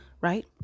right